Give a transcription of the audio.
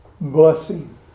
blessing